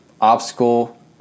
Obstacle